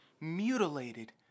mutilated